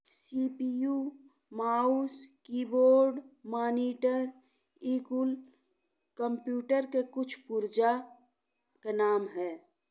CPU, mouse, keyboard, monitor ए कुल computer के कुछ पुर्जा के नाम हैं।